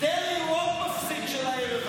דרעי הוא עוד מפסיד של הערב הזה,